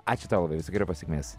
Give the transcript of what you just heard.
ačiū tau labai visokeriopos sėkėms